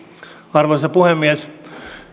arvoisa puhemies